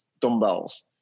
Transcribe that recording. dumbbells